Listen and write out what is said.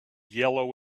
yellow